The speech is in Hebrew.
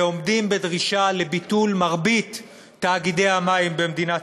ועומדים בדרישה לביטול מרבית תאגידי המים במדינת